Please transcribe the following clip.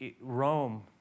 Rome